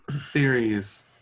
theories